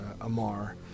amar